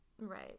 Right